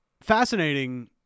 Fascinating